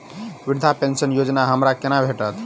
वृद्धा पेंशन योजना हमरा केना भेटत?